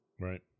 Right